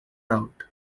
out